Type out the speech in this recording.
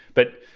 but,